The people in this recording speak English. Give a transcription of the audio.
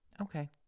okay